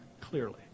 clearly